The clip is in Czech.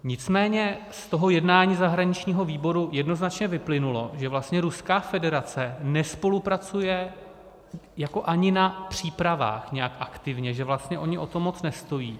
Nicméně z toho jednání zahraničního výboru jednoznačně vyplynulo, že vlastně Ruská federace nespolupracuje ani na přípravách nějak aktivně, že oni vlastně o to moc nestojí.